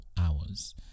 hours